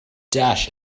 dash